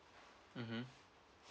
mmhmm